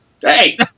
Hey